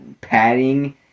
padding